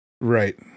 Right